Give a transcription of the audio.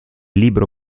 libro